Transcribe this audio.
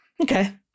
Okay